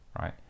right